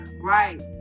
right